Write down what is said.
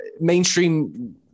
mainstream